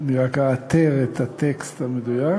אני רק אאתר את הטקסט המדויק.